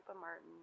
martin